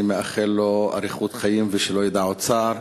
אני מאחל לו אריכות חיים ושלא ידע עוד צער.